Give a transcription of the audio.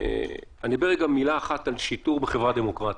ואדבר גם מילה אחת על שיטור בחברה דמוקרטית.